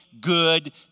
good